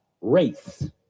race